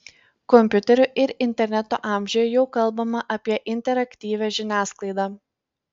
kompiuterių ir interneto amžiuje jau kalbama apie interaktyvią žiniasklaidą